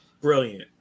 brilliant